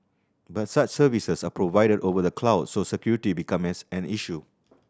but such services are provided over the cloud so security becomes an issue